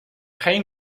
geen